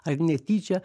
ar netyčia